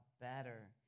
better